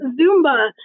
Zumba